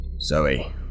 Zoe